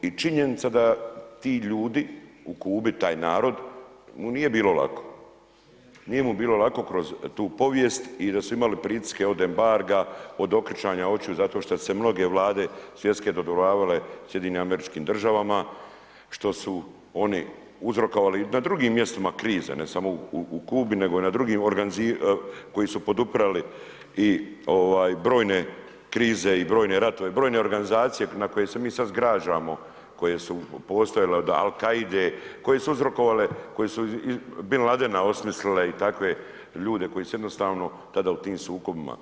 I činjenica da ti ljudi u Kubi, taj narod mu nije bilo lako, nije mu bilo lako kroz tu povijest i da su imali pritiske od embarga, od okretanja očiju zato što su se mnoge vlade svjetske dodvoravale SAD-u, što su oni uzrokovali i na drugim mjestima krize, ne samo u Kubi nego i u drugim, koji su podupirali i brojne krize i brojne ratove, brojne organizacije na koje se mi sada zgražamo koje su postojale od Al Kaide, koje su uzrokovale, koje su Bin Ladena osmislile i takve ljude koji su jednostavno tada u tim sukobima.